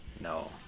No